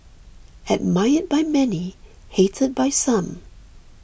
admired by many hated by some